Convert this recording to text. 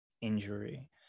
injury